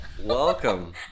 Welcome